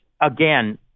again